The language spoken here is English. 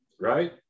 right